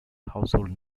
household